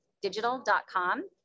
digital.com